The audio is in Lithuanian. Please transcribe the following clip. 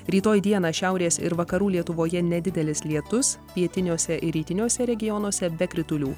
rytoj dieną šiaurės ir vakarų lietuvoje nedidelis lietus pietiniuose rytiniuose regionuose be kritulių